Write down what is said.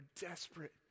desperate